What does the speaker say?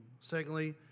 Secondly